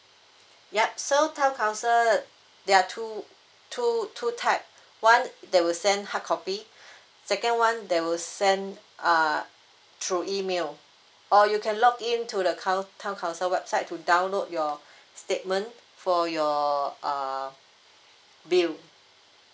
yup so town council there are two two two type one they will send hardcopy second one they will send uh through email or you can login to the cow town council website to download your statement for your err bill